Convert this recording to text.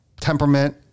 temperament